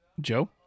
Joe